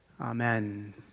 amen